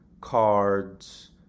cards